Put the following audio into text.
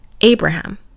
Abraham